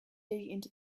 into